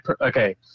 Okay